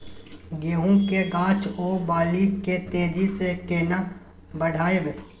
गेहूं के गाछ ओ बाली के तेजी से केना बढ़ाइब?